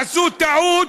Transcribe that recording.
עשו טעות,